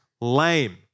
lame